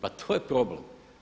Pa to je problem.